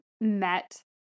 met